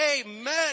amen